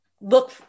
look